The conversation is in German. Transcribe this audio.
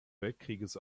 weltkrieges